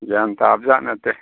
ꯒ꯭ꯌꯥꯟ ꯇꯥꯕꯖꯥꯠ ꯅꯠꯇꯦ